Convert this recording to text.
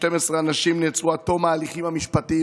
12 אנשים נעצרו עד תום ההליכים המשפטיים,